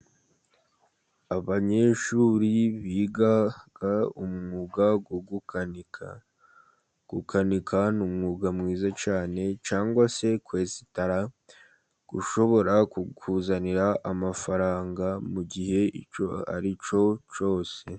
Abanyeshuri biga umwuga wo gukanika, gukanika ni umwuga mwiza cyane, ushobora kukuzanira amafaranga mu gihe icyo ari cyose.